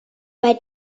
bei